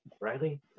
Riley